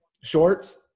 Shorts